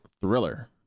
thriller